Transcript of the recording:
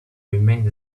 remained